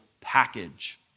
package